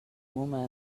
moment